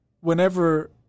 whenever